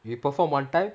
you perform one time